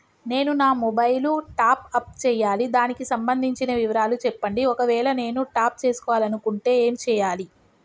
నేను నా mobile top up చేయాలి దానికి సంబంధించిన వివరాలు చెప్పండి ఒకవేళ నేను టాప్ చేసుకోవాలనుకుంటే ఏం చేయాలి?